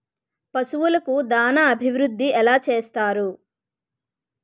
పశువులకు దాన అభివృద్ధి ఎలా చేస్తారు?